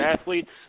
athletes